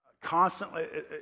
constantly